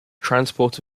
transport